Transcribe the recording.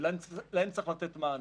ולהם צריך לתת מענה.